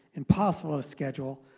impossible to schedule.